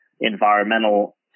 environmental